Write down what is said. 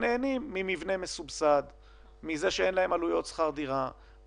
שיש להם עלויות של שכירות ובינוי.